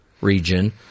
region